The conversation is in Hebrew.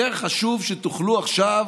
יותר חשוב שתוכלו עכשיו